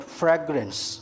fragrance